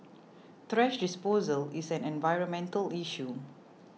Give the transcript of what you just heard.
thrash disposal is an environmental issue